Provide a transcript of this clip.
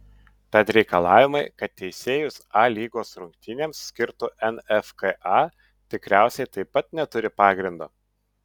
tad reikalavimai kad teisėjus a lygos rungtynėms skirtų nfka tikriausiai taip pat neturi pagrindo